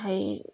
হেৰি